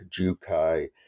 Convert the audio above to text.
Jukai